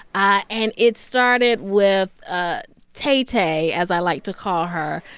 ah and it started with ah tay-tay, as i like to call her.